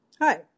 Hi